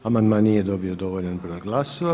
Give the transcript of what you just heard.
Amandman nije dobio dovoljan broj glasova.